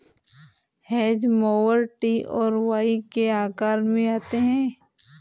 hedge mower T और Y के आकार में आते हैं